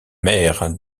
maire